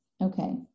Okay